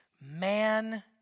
man